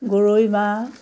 গৰৈ বা